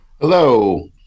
Hello